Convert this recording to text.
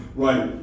right